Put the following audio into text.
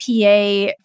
PA